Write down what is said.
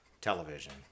television